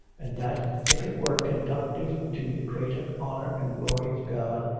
and that, if it were conducive to the greater honour and glory of god,